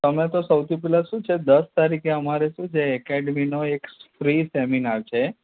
તમે તો સૌથી પહેલાં શું છે દસ તારીખે અમારે શું છે એકેડમીનો એક ફ્રી સેમિનાર છે